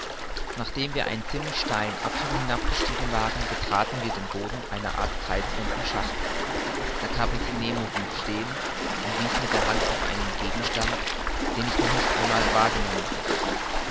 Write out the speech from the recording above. nachdem wir einen ziemlich steilen abhang hinabgestiegen waren betraten wir den boden einer art kreisrunden schachtes der kapitän nemo blieb stehen und wies mit der hand auf einen gegenstand den ich noch gar nicht einmal wahrgenommen hatte